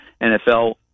NFL